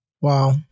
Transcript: Wow